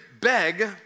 beg